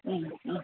ഉം ഉം